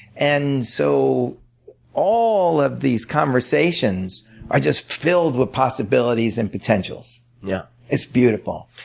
and so all of these conversations are just filled with possibilities and potentials. yeah it's beautiful.